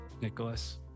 Nicholas